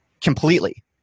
completely